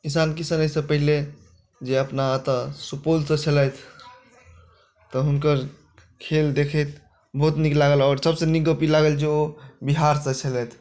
ईसान किशन आइसँ पहिले जे अपना ओतऽ सुपौलसँ छलथि तऽ हुनकर खेल देखथि बहुत नीक लागल आओर सबसँ नीक गप ई लागल जे ओ बिहारसँ छलथि